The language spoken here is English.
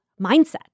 mindset